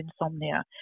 insomnia